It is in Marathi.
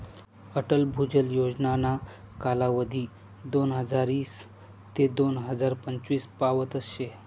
अटल भुजल योजनाना कालावधी दोनहजार ईस ते दोन हजार पंचवीस पावतच शे